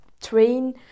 train